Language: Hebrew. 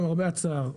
למרבה הצער,